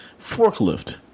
forklift